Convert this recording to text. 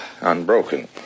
unbroken